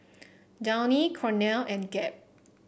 Downy Cornell and Gap